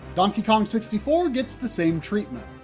donkey kong sixty four gets the same treatment.